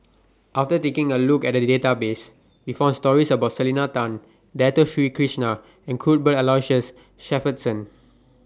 after taking A Look At The Database We found stories about Selena Tan Dato Sri Krishna and Cuthbert Aloysius Shepherdson